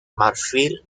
marfil